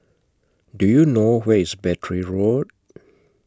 Do YOU know Where IS Battery Road